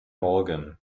morgen